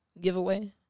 giveaway